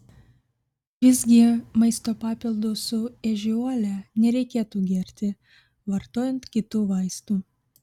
visgi maisto papildų su ežiuole nereikėtų gerti vartojant kitų vaistų